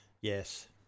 Yes